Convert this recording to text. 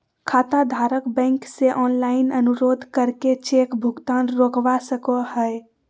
खाताधारक बैंक से ऑनलाइन अनुरोध करके चेक भुगतान रोकवा सको हय